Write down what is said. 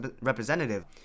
representative